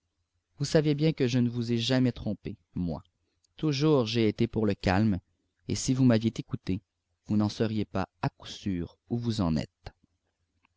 vous savez bien que je ne vous ai jamais trompés moi toujours j'ai été pour le calme et si vous m'aviez écouté vous n'en seriez pas à coup sûr où vous en êtes